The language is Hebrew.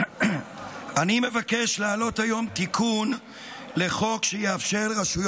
אני מבקש להעלות היום תיקון לחוק שיאפשר לרשויות